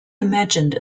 imagined